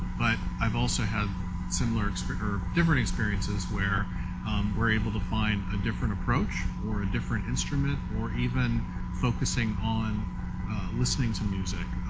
but i've also had similar or different experiences where we're able to find a different approach or a different instrument or even focusing on listening to music.